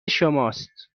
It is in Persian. شماست